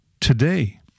today